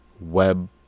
web